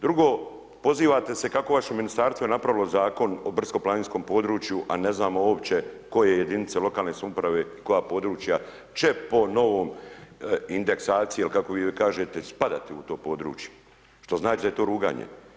Drugo pozivate se kako je vaše ministarstvo napravilo Zakon o brdsko-planinskom području a ne znamo uopće koje jedinice lokalne samouprave i koja područja će po novoj indeksaciji ili kako vi kažete spadati u to područje što znači da je to ruganje.